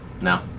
No